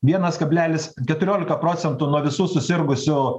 vienas kablelis keturiolika procentų nuo visų susirgusių